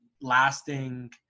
lasting